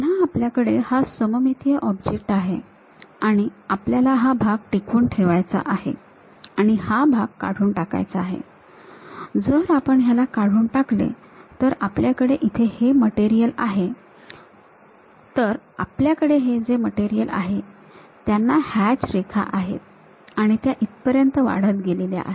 पुन्हा आपल्याकडे हा सममितीय ऑब्जेक्ट आहे आणि आपल्याला हा भाग टिकवून ठेवायचा आहे आणि हा भाग काढून टाकायचा आहे जर आपण याला काढून टाकले तर आपल्याकडे इथे हे मटेरियल आहे तर आपल्याकडे हे जे मटेरियल आहे त्यांना हॅच रेखा आहेत आणि त्या इथपर्यंत वाढत गेलेल्या आहेत